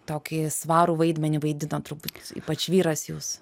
tokį svarų vaidmenį vaidino turbūt ypač vyras jūsų